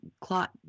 clot